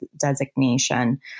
designation